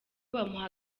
bamuha